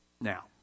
Now